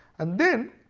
and then